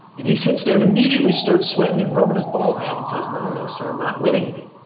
and he sits there and immediately start sweating and rubbing his bald head, and says, no, no, sir. not willingly.